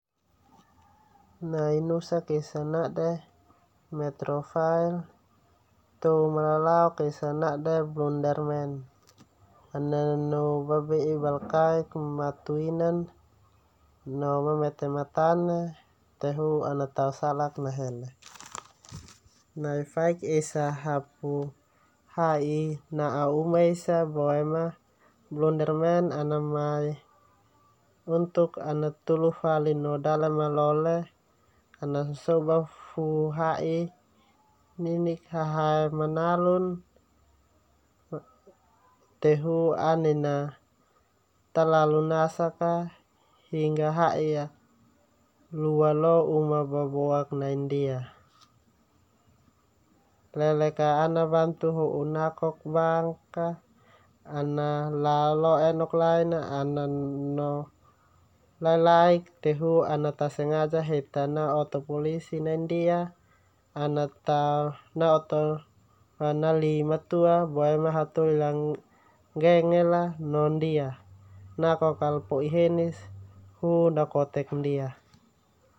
Nai nusak esa nade metroville, touk malalaok esa nade BlunderMan. Ana nanu babe'ik balka'ik matuinan no.mamete matanen. Tehu ana tao salak nahele. Nai faik esa hapu ha'i na'a uma esa boema BlunderMan ana mai tulu fali no dale malole, ana fuu so'ba ha'i ninik hahae manalun a tehu anin na talalu nasak a hingga ha'i a lua lo uma baboak nai ndia. Lelek ka ana bantu ho'u nakok bank a ana laa lo enok lain a no lalaik. Tehu ana ta sengaja heta na oto polisi nai ndia, ana tao na hataholi a nggenge la no ndia. Nakok ala po'i henis hu nakotek ndia